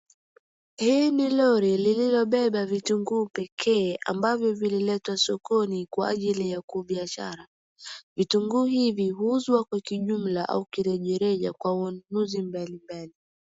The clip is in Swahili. Hili ni lori lililobeba vitunguu pekee ambavyo vililetwa sokoni kwa ajili ya kubiashara. Vitunguu hivi huuzwa kwa kijumla au kirejareja kwa wanunuzi mbalimbali.